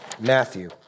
Matthew